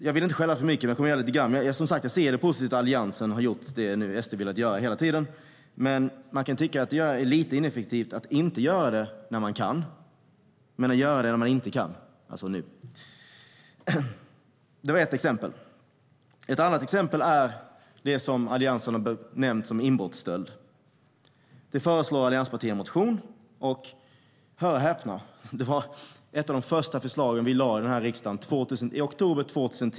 Jag ska inte skälla för mycket, för det är positivt att Alliansen nu gör det SD velat göra hela tiden. Men det är kanske lite ineffektivt att inte göra det när man kan och göra det när man inte kan, alltså nu. Ett annat exempel är det förslag om inbrottsstöld som Alliansen har väckt i en motion. Hör och häpna, det var ett av de första förslag vi lade fram i riksdagen.